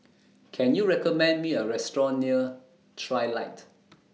Can YOU recommend Me A Restaurant near Trilight